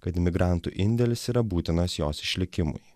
kad imigrantų indėlis yra būtinas jos išlikimui